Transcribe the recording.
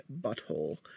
butthole